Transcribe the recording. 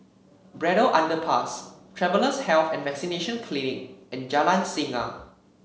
Braddell Underpass Travellers' Health and Vaccination Clinic and Jalan Singa